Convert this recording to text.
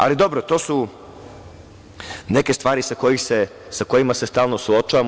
Ali, dobro, to su neke stvari sa kojima se stalno suočavamo.